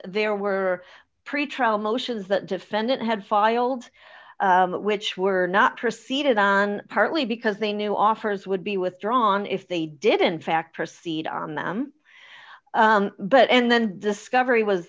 there were pretrial motions that defendant had filed which were not proceeded on partly because they knew offers would be withdrawn if they did in fact proceed on them but and then discovery was